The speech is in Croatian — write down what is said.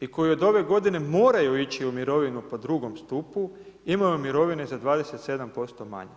i koji od ove godine moraju ići u mirovinu po drugom stupu imaju mirovine za 27% manje.